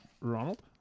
Ronald